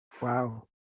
Wow